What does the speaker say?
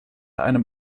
einem